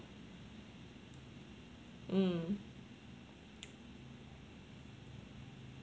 mm